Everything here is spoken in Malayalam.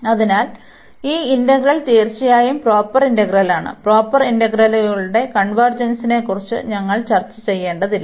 അതിനാൽ ഈ ഇന്റഗ്രൽ തീർച്ചയായും പ്രോപ്പർ ഇന്റഗ്രലാണ് ഇoപ്രോപ്പർ ഇന്റഗ്രലുകളുടെ കൺവെർജെൻസിനെക്കുറിച്ച് ഞങ്ങൾ ചർച്ച ചെയ്യേണ്ടതില്ല